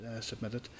submitted